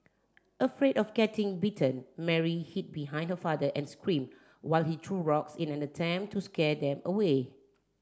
afraid of getting bitten Mary hid behind her father and screamed while he threw rocks in an attempt to scare them away